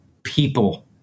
people